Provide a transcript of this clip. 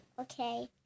Okay